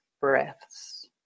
breaths